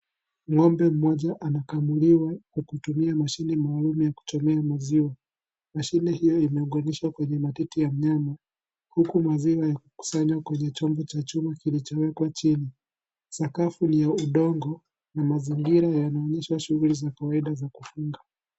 Ng'ombe mmoja anakamuliwa kwa kutumia mashine maalum ya kutokea maziwa. Mashine hiyo imeunganishwa kwenye matiti ya ng'ombe huku maziwa yakisanywa kwenye chombo cha chuma kllichowekwa chini. Sakafu ni ya udongo na mazingira yanaonyesha shughuli za kawaida za kufunga.